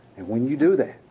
and when you do that,